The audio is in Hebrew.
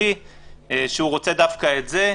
יש פה מהלך שאני לא רוצה לחשוב מאיפה הוא